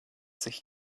sich